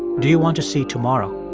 do you want to see tomorrow?